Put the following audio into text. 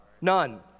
None